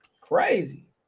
Crazy